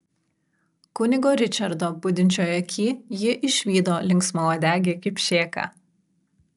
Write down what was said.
kunigo ričardo budinčioj aky ji išvydo linksmauodegį kipšėką